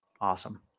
Awesome